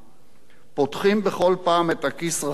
פותחים בכל פעם את הכיס רחב יותר,